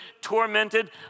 tormented